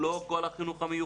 כולו, כל החינוך המיוחד?